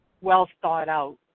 well-thought-out